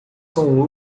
com